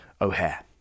O'Hare